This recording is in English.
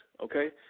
okay